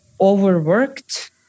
overworked